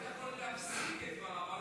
היית יכול להפסיק את דבריו.